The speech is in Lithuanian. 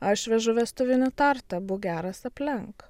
aš vežu vestuvinį tortą būk geras aplenk